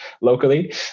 locally